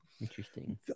interesting